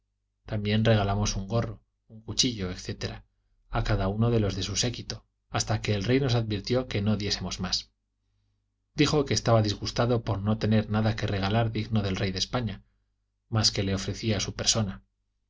también regalamos un gorro un cuchillo etc a cada uno de los de su séquito hasta que el rey nos advirtió que no diésee mos más dijo que estaba disgustado por no tener nada que regalar digno del rey de españa mas que le ofrecía su persona